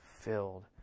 filled